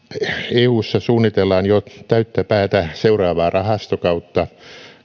eussa suunnitellaan jo täyttä päätä seuraavaa rahastokautta